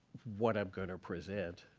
what i'm going to present.